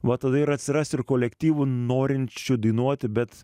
va tada ir atsiras ir kolektyvų norinčių dainuoti bet